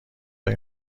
های